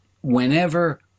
whenever